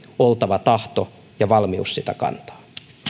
oltava oikeasti tahto ja valmius sitä kantaa